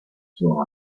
sono